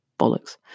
bollocks